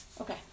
Okay